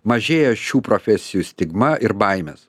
mažėja šių profesijų stigma ir baimės